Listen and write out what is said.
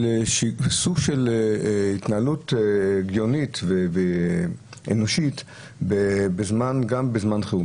של סוג של התנהלות הגיונית ואנושית בזמן חירום.